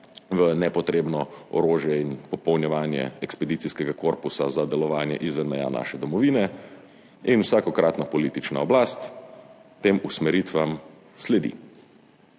v nepotrebno orožje in popolnjevanje ekspedicijskega korpusa za delovanje izven meja naše domovine. In vsakokratna politična oblast tem usmeritvam sledi